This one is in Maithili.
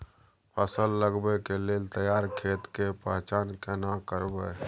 फसल लगबै के लेल तैयार खेत के पहचान केना करबै?